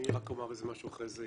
אני רק אומר משהו אחר זה,